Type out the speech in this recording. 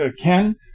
Ken